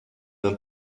même